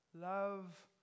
love